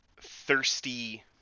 thirsty